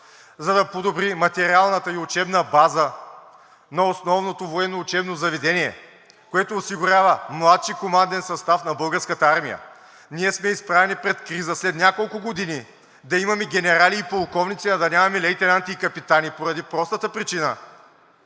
за да подобри материалната и учебната база на основното военно учебно заведение, което осигурява младшия команден състав на Българската армия. Ние сме изправени пред криза. След няколко години да имаме генерали и полковници, а да нямаме лейтенанти и капитани поради простата причина,